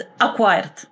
acquired